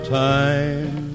time